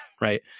right